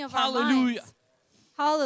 hallelujah